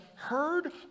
heard